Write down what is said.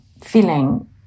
feeling